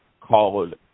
called